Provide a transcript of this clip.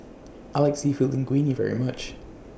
I like Seafood Linguine very much